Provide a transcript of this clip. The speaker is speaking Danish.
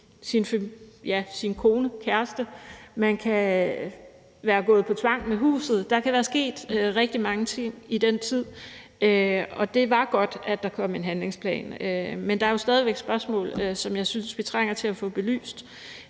sin kone eller kæreste. Ens hus kan være gået på tvang. Der kan være sket rigtig mange ting i den tid. Det var godt, at der kom en handlingsplan, men der er jo stadig væk spørgsmål, som jeg synes vi trænger til at få belyst.